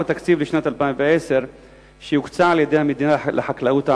התקציב לשנת 2010 שהוקצה על-ידי המדינה לחקלאות הערבית?